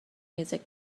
music